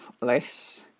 less